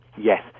Yes